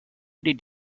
did